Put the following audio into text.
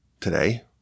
today